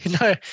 No